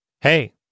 Hey